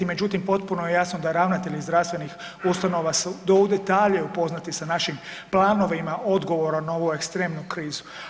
Međutim, potpuno je jasno da ravnatelji zdravstvenih ustanova su do u detalje upoznati sa našim planovima odgovora na ovu ekstremnu krizu.